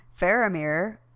Faramir